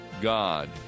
God